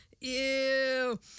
Ew